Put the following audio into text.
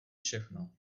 všechno